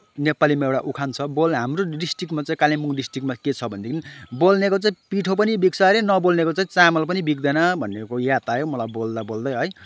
नेपालीमा एउटा उखान छ बोल्ने हाम्रो डिस्ट्रिकमा कालिम्पोङ डिस्ट्रिकमा चाहिँ के छ भनेदेखि बोल्नेको चाहिँ पिठो पनि बिक्छ अरे नबोल्नेको चाहिँ चामल पनि बिक्दैन भन्नेको याद आयो मलाई बोल्दाबोल्दै है